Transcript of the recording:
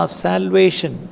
salvation